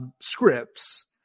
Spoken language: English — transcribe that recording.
scripts